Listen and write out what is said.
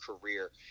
career